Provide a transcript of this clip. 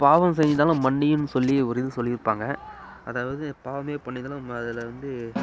பாவம் செஞ்சுருந்தாலும் மன்னியும் சொல்லி ஒரு இது சொல்லியிருப்பாங்க அதாவது பாவமே பண்ணியிருந்தாலும் அதில் வந்து